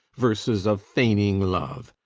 verses of feigning love,